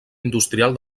industrial